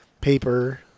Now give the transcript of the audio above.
paper